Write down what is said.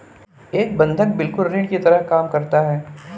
एक बंधक बिल्कुल ऋण की तरह काम करता है